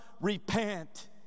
repent